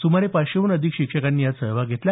सुमारे पाचशेहून अधिक शिक्षकांनी यात सहभाग घेतला